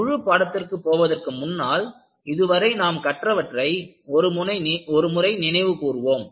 முழு பாடத்திற்கு போவதற்கு முன்னால் இதுவரை நாம் கற்றவற்றை ஒருமுறை நினைவு கூர்வோம்